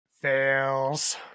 Fails